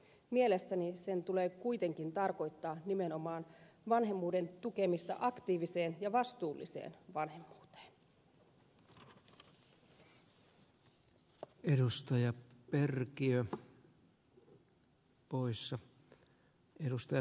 mielestäni sen tulee kuitenkin tarkoittaa nimenomaan vanhemmuuden tukemista aktiiviseen ja vastuulliseen vanhemmuuteen